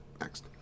Next